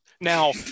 Now